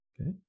Okay